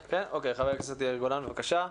חבר הכנסת יאיר גולן, בבקשה.